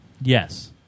Yes